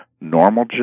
normal